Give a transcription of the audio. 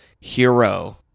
hero